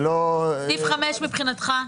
סעיף 5 מבחינתך?